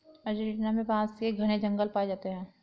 Argentina में बांस के घने जंगल पाए जाते हैं